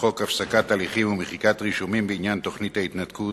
חוק הפסקת הליכים ומחיקת רישומים בעניין תוכנית ההתנתקות,